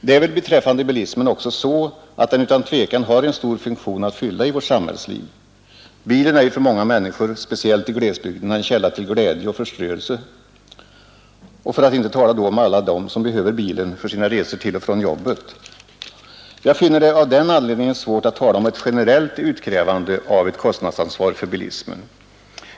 Det är väl beträffande bilismen också så att den utan tvivel har en stor funktion att fylla i vårt samhällsliv: bilen är ju, speciellt i glesbygderna, en källa till glädje och förströelse för många människor, för att inte tala om alla dem som behöver bilen för sina resor till och från arbetet. Jag finner det av den anledningen svårt att tala om ett generellt utkrävande av ett kostnadsansvar för bilismen.